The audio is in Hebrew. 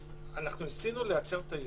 ניסינו לייצר את האיזון.